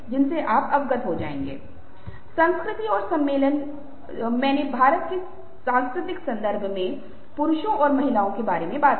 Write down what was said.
वास्तविक परिस्थितियों में अनुमान लगाना बहुत मुश्किल हो सकता है यह आश्चर्य की बात है